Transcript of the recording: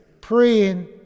Praying